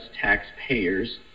taxpayers